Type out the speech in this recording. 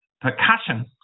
percussion